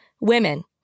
women